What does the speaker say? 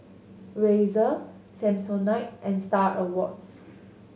Razer Samsonite and Star Awards